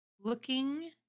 looking